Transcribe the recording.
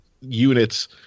units